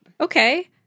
Okay